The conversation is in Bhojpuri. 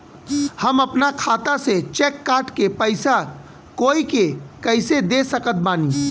हम अपना खाता से चेक काट के पैसा कोई के कैसे दे सकत बानी?